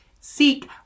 seek